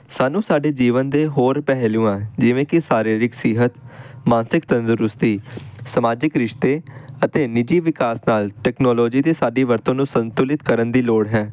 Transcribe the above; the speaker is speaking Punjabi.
ਸਾਨੂੰ ਸਾਡੇ ਜੀਵਨ ਦੇ ਹੋਰ ਪਹਿਲੂਆਂ ਜਿਵੇਂ ਕਿ ਸਰੀਰਿਕ ਸਿਹਤ ਮਾਨਸਿਕ ਤੰਦਰੁਸਤੀ ਸਮਾਜਿਕ ਰਿਸ਼ਤੇ ਅਤੇ ਨਿੱਜੀ ਵਿਕਾਸ ਨਾਲ ਟੈਕਨੋਲੋਜੀ ਦੇ ਸਾਡੀ ਵਰਤੋਂ ਨੂੰ ਸੰਤੁਲਿਤ ਕਰਨ ਦੀ ਲੋੜ ਹੈ